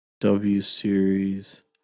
W-series